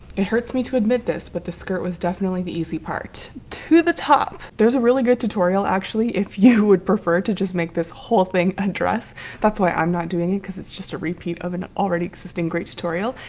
it hurts me to admit this but the skirt was definitely the easy part to the top there's a really good tutorial. actually, if you would prefer to just make this whole thing a dress that's why i'm not doing it because it's just a repeat of an already existing great tutorial.